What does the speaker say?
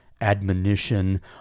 admonition